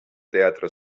teatro